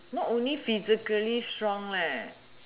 not only physically strong